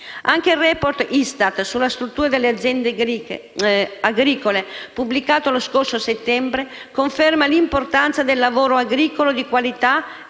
Anche il *report* dell'ISTAT sulla struttura delle aziende agricole, pubblicato lo scorso settembre, conferma l'importanza del lavoro agricolo di qualità e del valore